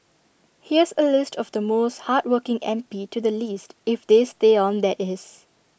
here's A list of the most hardworking M P to the least if they stay on that is